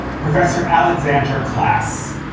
professor alexander klass,